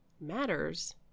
matters